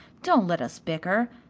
don't let us bicker.